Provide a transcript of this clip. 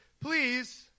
please